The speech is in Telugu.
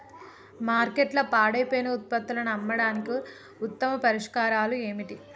మార్కెట్లో పాడైపోయిన ఉత్పత్తులను అమ్మడానికి ఉత్తమ పరిష్కారాలు ఏమిటి?